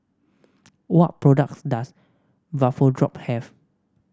what products does Vapodrop have